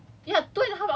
talking for